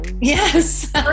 Yes